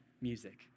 music